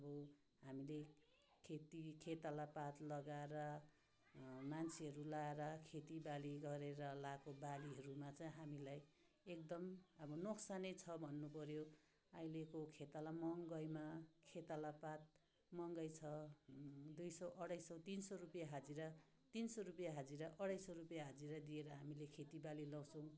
हामीले खेति खेताला पात लगाएर मान्छेहरू लगाएर खेतीबाली गरेर लगाएको बालीहरूमा चाहिँ हामीलाई एकदम अब नोकसा नै छ भन्नुपर्यो अहिलेको खेताला महँगाइमा खेताला पात महँगाइ छ दुई सौ अढाई सौ तिन सौ रुपियाँ हाजिरा तिन सौ रुपियाँ हाजिरा अढाई सौ रुपियाँ हाजिरा दिएर हामी खेतीबाली लगाउँछौँ